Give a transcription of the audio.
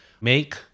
make